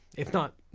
if not